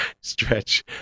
stretch